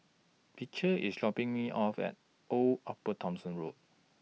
Beecher IS dropping Me off At Old Upper Thomson Road